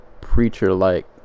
preacher-like